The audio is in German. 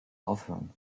aufhören